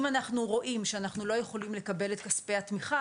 אם אנחנו רואים שאנחנו לא יכולים לקבל את כספי התמיכה,